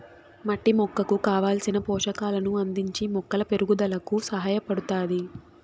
మట్టి మొక్కకు కావలసిన పోషకాలను అందించి మొక్కల పెరుగుదలకు సహాయపడుతాది